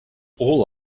all